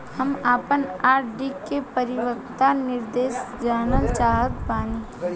हम आपन आर.डी के परिपक्वता निर्देश जानल चाहत बानी